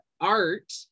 art